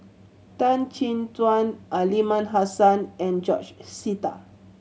Tan Chin Tuan Aliman Hassan and George Sita